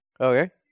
Okay